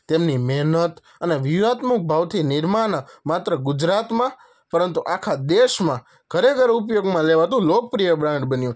તેમની મહેનત અને વ્યૂહાત્મક ભાવથી નિરમા ન માત્ર ગુજરાતમાં પરંતુ આખા દેશમાં ઘરેઘર ઉપયોગમાં લેવાતું લોકપ્રિય બ્રાન્ડ બન્યું